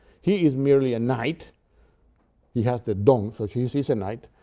he is merely a knight he has the don so he's he's a knight,